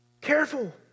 Careful